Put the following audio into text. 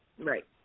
Right